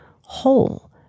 whole